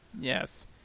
Yes